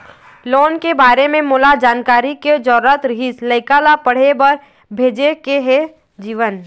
loan के बारे म मोला जानकारी के जरूरत रीहिस, लइका ला पढ़े बार भेजे के हे जीवन